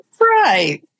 Right